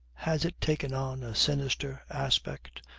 has it taken on a sinister aspect?